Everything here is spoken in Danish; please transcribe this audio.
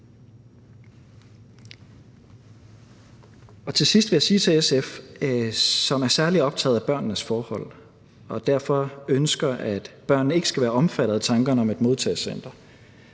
Til sidst vil jeg sige noget til SF, som er særlig optaget af børnenes forhold og derfor ønsker, at børnene ikke skal være omfattet af tankerne om et modtagecenter.